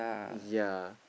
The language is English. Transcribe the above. ya